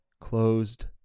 closed